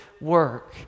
work